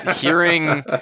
hearing